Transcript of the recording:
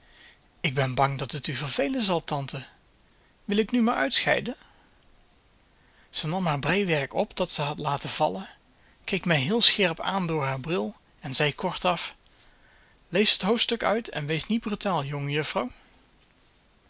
ik ben bang dat het u vervelen zal tante wil ik nu maar uitscheiden ze nam haar breiwerk op dat ze had laten vallen keek mij heel scherp aan door haar bril en zei kortaf lees het hoofdstuk uit en wees niet brutaal